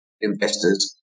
investors